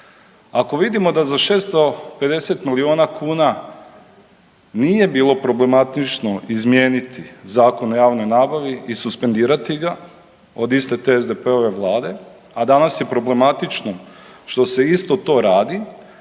Ako vidimo da za 650 milijuna kuna nije bilo problematično izmijeniti Zakon o javnoj nabavi i suspendirati ga od iste te SDP-ove Vlade, a danas je problematično što se isto to radi,